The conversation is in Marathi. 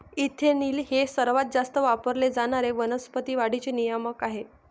इथिलीन हे सर्वात जास्त वापरले जाणारे वनस्पती वाढीचे नियामक आहे